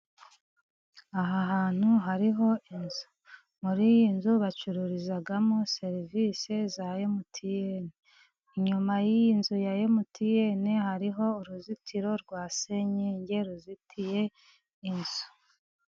Aha hantu hariho inzu. Muri iyi nzu bacururizamo serivise za MTN. Inyuma y'iyi nzu ya MTN hariho uruzitiro rwa senyenge ruzitiye inzu.